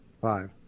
Five